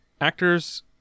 actors